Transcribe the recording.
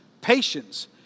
patience